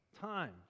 Time